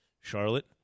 Charlotte